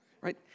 Right